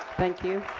thank you.